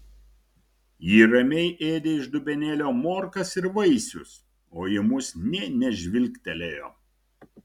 ji ramiai ėdė iš dubenėlio morkas ir vaisius o į mus nė nežvilgtelėjo